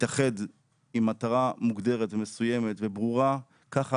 יתאחד עם מטרה מוגדרת ומסוימת וברורה ככה